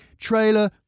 trailer